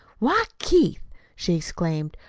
why, keith! she exclaimed,